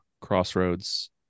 crossroads